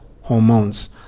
hormones